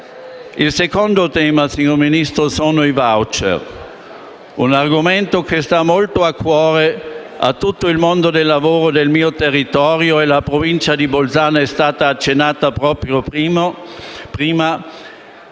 Il secondo tema, signor Ministro, sono i *voucher*: un argomento che sta molto a cuore a tutto il mondo del lavoro del mio territorio, la provincia di Bolzano - come è stato accennato poc'anzi